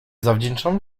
zawdzięczam